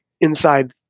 inside